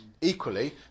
equally